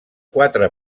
quatre